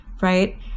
right